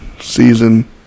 season